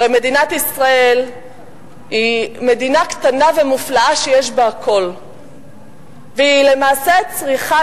מדינת ישראל היא מדינה קטנה ומופלאה שיש בה הכול והיא למעשה צריכה